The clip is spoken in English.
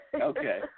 Okay